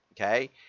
Okay